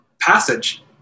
passage